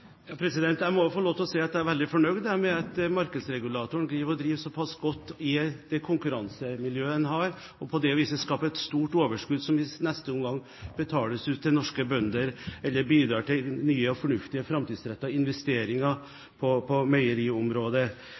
Jeg må få lov til å si at jeg er veldig fornøyd med at markedsregulatoren driver såpass godt i det konkurransemiljøet de har, og på det viset skaper et stort overskudd som i neste omgang betales ut til norske bønder eller bidrar til nye og fornuftige, framtidsrettede investeringer på